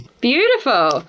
Beautiful